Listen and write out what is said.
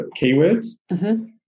keywords